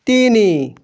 ତିନି